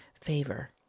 favor